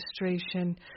registration